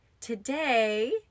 Today